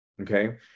Okay